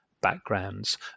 backgrounds